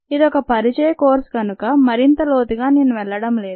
ఇది ఒక పరిచయ కోర్సు కనుక మరింత లోతుగా నేను వెళ్లడం లేదు